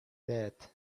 death